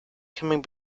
coming